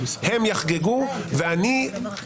אני וכל אחד